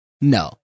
No